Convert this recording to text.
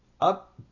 up